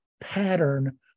pattern